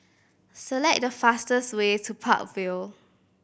select the fastest way to Park Vale